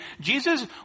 Jesus